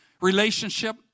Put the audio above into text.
relationship